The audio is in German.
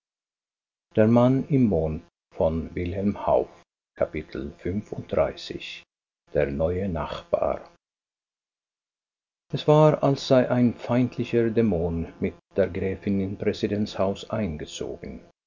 der neue nachbar es war als sei ein feindlicher dämon mit der gräfin in präsidents haus eingezogen